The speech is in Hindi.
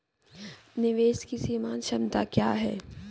निवेश की सीमांत क्षमता क्या है?